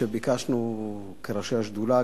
שביקשנו כראשי השדולה,